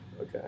Okay